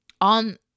On